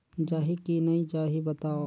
जाही की नइ जाही बताव?